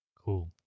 Cool